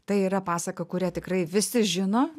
tai yra pasaka kurią tikrai visi žino